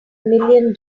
million